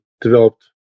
developed